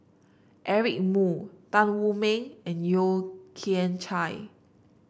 Eric Moo Tan Wu Meng and Yeo Kian Chai